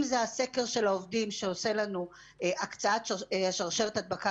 אם זה הסקר של העובדים שעושה לנו קטיעת שרשרשת ההדבקה